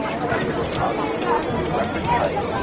i had the repository, the record type,